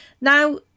Now